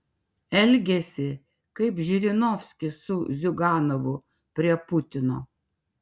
elgiasi kaip žirinovskis su ziuganovu prie putino